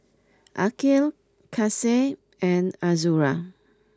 Aqil Kasih and Azura